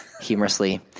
humorously